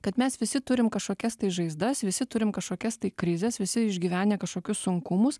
kad mes visi turim kažkokias tai žaizdas visi turim kažkokias tai krizes visi išgyvenę kažkokius sunkumus